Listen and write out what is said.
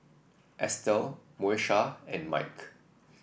Estell Moesha and Mike